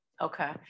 Okay